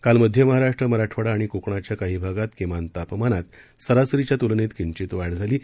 काल मध्य महाराष्ट्र मराठवाडा आणि कोकणाच्या काही भागात किमान तापमानात सरासरीच्या तुलनेत किंचित वाढ झाली आहे